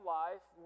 life